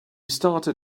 started